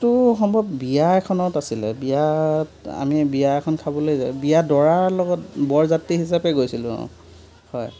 সেইটো সম্ভৱ বিয়া এখনত আছিলে বিয়াত আমি বিয়া এখন খাবলৈ যাব বিয়াত দৰাৰ লগত বৰযাত্ৰী হিচাপে গৈছিলোঁ অঁ হয়